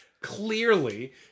clearly